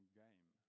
game